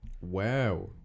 Wow